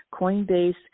coinbase